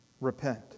repent